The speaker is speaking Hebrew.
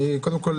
קודם כול,